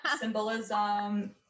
symbolism